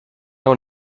own